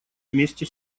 вместе